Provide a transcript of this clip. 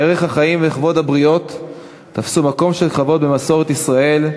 ערך החיים וכבוד הבריות תפסו מקום של כבוד במסורת ישראל,